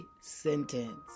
sentence